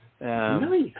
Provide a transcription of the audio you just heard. nice